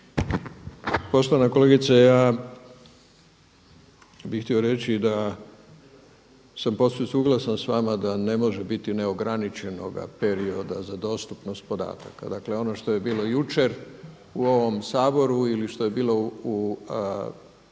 Poštovana kolegice ja bih htio reći da sam posve suglasan s vama da ne može biti neograničenoga perioda za dostupnost podataka. Dakle, ono što je bilo jučer u ovom Saboru ili što je bilo u